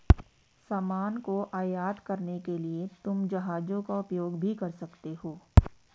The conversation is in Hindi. सामान को आयात करने के लिए तुम जहाजों का उपयोग भी कर सकते हो